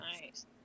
Nice